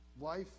life